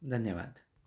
धन्यवाद